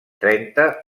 trenta